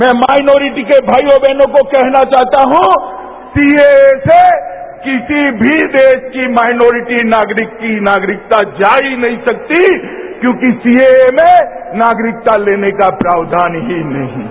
मैं माइनोरिटी के भाइयों बहनों को कहना चाहता हूं सीएए से किसी भी देश की माइनोरिटी नागरिक की नागरिकता जा ही नहीं सकती क्योंकि सीएए में नागरिकता लेने का प्रावधान ही नहीं है